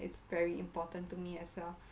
is very important to me as well